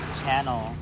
channel